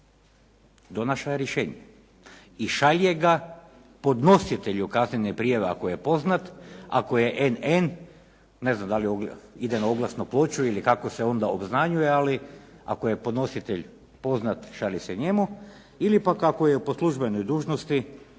Donesla je rješenje i šalje ga podnositelju kaznene prijave ako je poznat, ako je NN, ne znam da li ide na oglasnu ploču ili kako se onda obznanjuje, ali ako je podnositelj poznat, šalje se njemu ili pak ako je po službenoj dužnosti